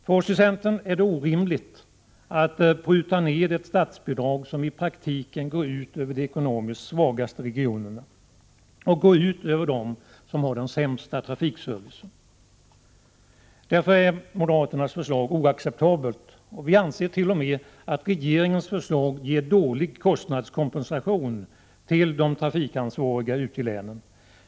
För oss i centern är det orimligt att pruta ned ett statsbidrag, något som i praktiken går ut över de ekonomiskt svagaste regionerna som har den sämsta trafikservicen. Därför är moderaternas förslag oacceptabelt. Vi ansert.o.m. att regeringens förslag ger dålig kostnadskompensation till de trafikansvariga ute i länen.